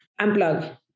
unplug